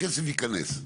הכסף ייכנס.